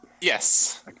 Yes